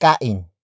kain